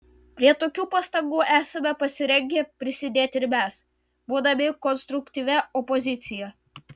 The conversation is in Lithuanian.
prie tokių pastangų esame pasirengę prisidėti ir mes būdami konstruktyvia opozicija